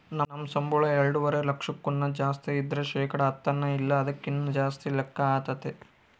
ನಮ್ ಸಂಬುಳ ಎಲ್ಡುವರೆ ಲಕ್ಷಕ್ಕುನ್ನ ಜಾಸ್ತಿ ಇದ್ರ ಶೇಕಡ ಹತ್ತನ ಇಲ್ಲ ಅದಕ್ಕಿನ್ನ ಜಾಸ್ತಿ ಲೆಕ್ಕ ಆತತೆ